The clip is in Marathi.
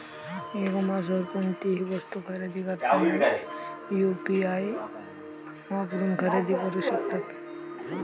ई कॉमर्सवर कोणतीही वस्तू खरेदी करताना यू.पी.आई वापरून खरेदी करू शकतत